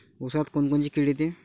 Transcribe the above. ऊसात कोनकोनची किड येते?